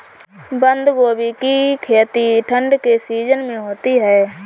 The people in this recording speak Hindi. बंद गोभी की खेती ठंड के सीजन में होती है